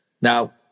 Now